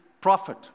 prophet